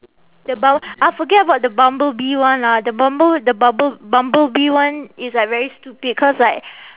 the bum~ ah forget about the bumblebee one lah the bumble~ the bubble bumblebee one is like very stupid cause like